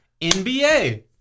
NBA